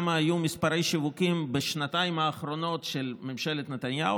מה היה מספר השיווקים בשנתיים האחרונות של ממשלת ישראל,